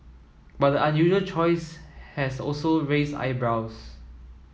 but the unusual choice has also raised eyebrows